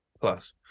Plus